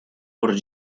por